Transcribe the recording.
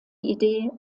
idee